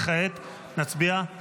וכעת נצביע על